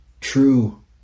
true